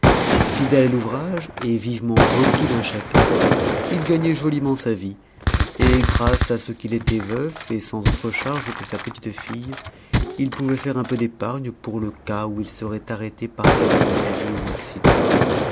fidèle à l'ouvrage et vivement requis d'un chacun il gagnait joliment sa vie et grâce à ce qu'il était veuf et sans autre charge que sa petite-fille il pouvait faire un peu d'épargne pour le cas où il serait arrêté par quelque maladie ou accident